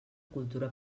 cultura